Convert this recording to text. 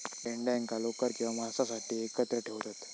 मेंढ्यांका लोकर किंवा मांसासाठी एकत्र ठेवतत